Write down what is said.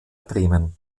bremen